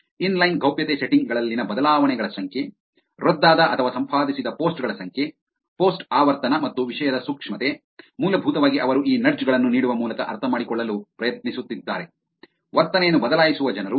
inline ಗೌಪ್ಯತೆ setting ಗಳಲ್ಲಿನ ಬದಲಾವಣೆಗಳ ಸಂಖ್ಯೆ ರದ್ದಾದ ಅಥವಾ ಸಂಪಾದಿಸಿದ ಪೋಸ್ಟ್ ಗಳ ಸಂಖ್ಯೆ ಪೋಸ್ಟ್ ಆವರ್ತನ ಮತ್ತು ವಿಷಯದ ಸೂಕ್ಷ್ಮತೆ ಮೂಲಭೂತವಾಗಿ ಅವರು ಈ ನಡ್ಜ್ ಗಳನ್ನು ನೀಡುವ ಮೂಲಕ ಅರ್ಥಮಾಡಿಕೊಳ್ಳಲು ಪ್ರಯತ್ನಿಸುತ್ತಿದ್ದಾರೆ ವರ್ತನೆಯನ್ನು ಬದಲಾಯಿಸುವ ಜನರು